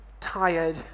tired